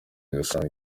agasanga